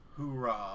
hoorah